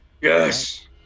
yes